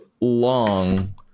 long